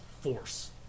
force